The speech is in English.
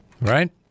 right